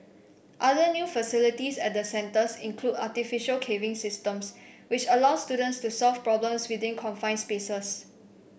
other new facilities at the centres include artificial caving systems which allow students to solve problems within confined spaces